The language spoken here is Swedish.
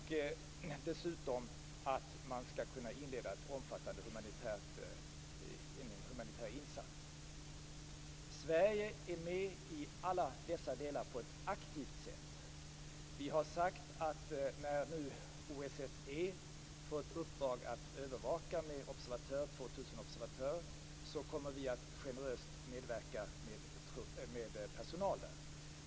Dessutom skall man kunna inleda en omfattande humanitär insats. Sverige är på ett aktivt sätt med i alla dessa delar. Vi har sagt att när OSSE fått i uppdrag att övervaka med 2 000 observatörer kommer vi att generöst medverka med personal.